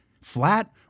flat